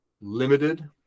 limited